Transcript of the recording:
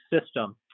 system